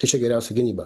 tai čia geriausia gynyba